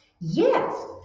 Yes